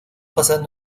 pasan